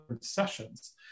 sessions